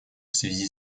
связи